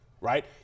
right